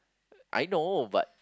I know but